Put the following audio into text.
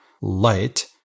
light